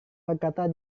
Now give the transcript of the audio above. berkata